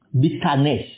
bitterness